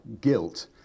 guilt